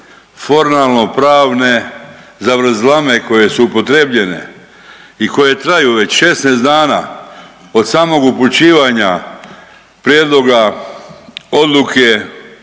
formalnopravne zavrzlame koje su upotrijebljene i koje traju već 16 dana od samog upućivanja Prijedloga odluke